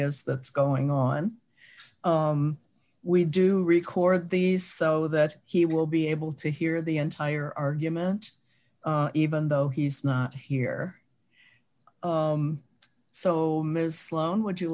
is that's going on we do record these so that he will be able to hear the entire argument even though he's not here so ms sloan would you